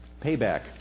payback